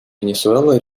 венесуэла